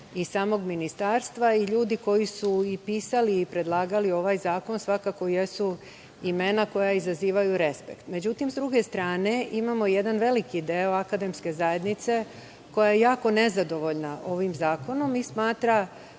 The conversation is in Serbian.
i samog Ministarstva, i ljudi koji su i pisali i predlagali ovaj zakon svakako jesu imena koja izazivaju respekt. Međutim, s druge strane imamo jedan veliki deo akademske zajednice koja je jako nezadovoljna ovim zakonom i smatra